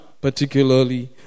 particularly